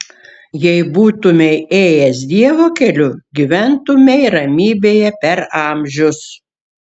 jei būtumei ėjęs dievo keliu gyventumei ramybėje per amžius